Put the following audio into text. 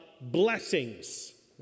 blessings